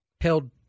held